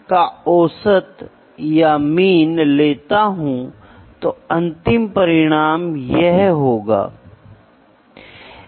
भौतिक चर लंबाई हो सकता है वजन हो सकता है घनत्व हो सकता है शक्ति होता है विद्युत धारा हो सकता है ठीक है